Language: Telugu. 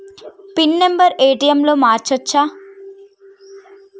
పిన్ నెంబరు ఏ.టి.ఎమ్ లో మార్చచ్చా?